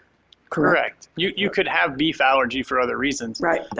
correct. you you could have beef allergy for other reasons. right.